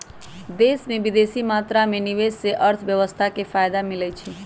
देश में बेशी मात्रा में निवेश से अर्थव्यवस्था को फयदा मिलइ छइ